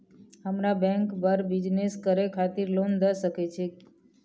हमरा बैंक बर बिजनेस करे खातिर लोन दय सके छै?